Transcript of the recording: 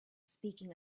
speaking